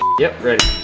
yep ready.